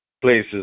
places